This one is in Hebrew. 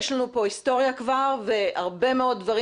יש לנו פה היסטוריה כבר והרבה מאוד דברים